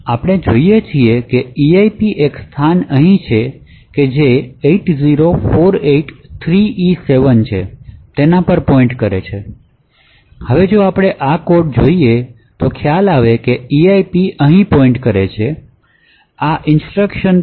આપણે જોઈએ છીએ કે EIP એક સ્થાન અહીં છે કે 80483e7 છે તેના પર પોઈન્ટ કરે છે હવે જો આપણે આ કોડ જોઈએ તો ખ્યાલ આવે કે eip અહી પોઈન્ટ કરે છે આ ઇન્સટ્રક્શન પર